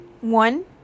One